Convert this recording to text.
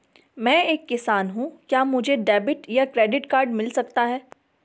मैं एक किसान हूँ क्या मुझे डेबिट या क्रेडिट कार्ड मिल सकता है?